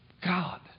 God